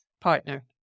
partner